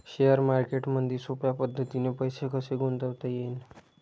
Share मार्केटमधी सोप्या पद्धतीने पैसे कसे गुंतवता येईन?